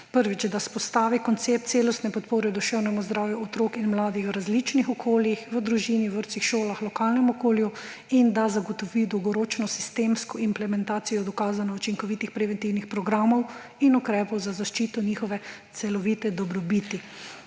prvič, da vzpostavi koncept celostne podpore duševnemu zdravju otrok in mladih v različnih okoljih, v družini, vrtcih, šolah, lokalnem okolju in da zagotovi dolgoročno sistemsko implementacijo dokazano učinkovitih preventivnih programov in ukrepov za zaščito njihove celovite dobrobiti